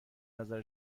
نظر